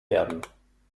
werden